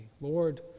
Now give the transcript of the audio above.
Lord